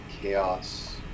chaos